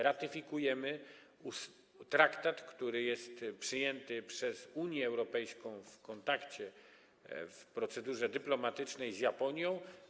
Ratyfikujemy traktat, który jest przyjęty przez Unię Europejską w procedurze dyplomatycznej z Japonią.